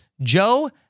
Joe